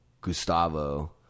Gustavo